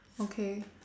okay